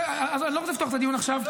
אני לא רוצה לפתוח את הדיון עכשיו,